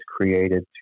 created